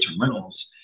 rentals